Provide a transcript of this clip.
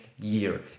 year